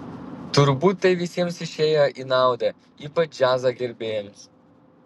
turbūt tai visiems išėjo į naudą ypač džiazo gerbėjams